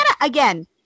again